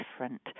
different